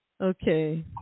Okay